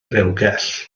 rewgell